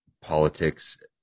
politics